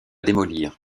démolir